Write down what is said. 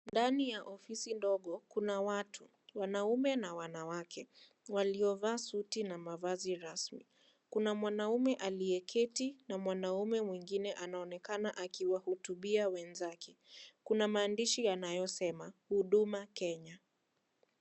Ndani ya ofisi ndogo kuna watu wanaume na wanawake, waliovaa suti na mavazi rasmi kuna mwanaume aliyeketi na mwanaume mwingine anaonekana akiwahutubia wenzake, kuna maandishi yanayosema Huduma Kenya.